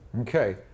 Okay